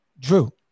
Drew